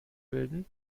bilden